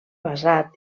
basat